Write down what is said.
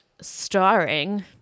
starring